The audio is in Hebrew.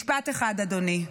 משפט אחד, אדוני.